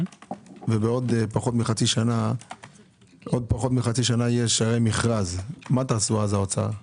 ובעוד פחות מחצי שנה יש מכרז מה תעשו אז האוצר?